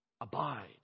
abide